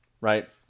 right